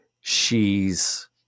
She's-